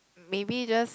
maybe just